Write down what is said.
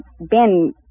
Ben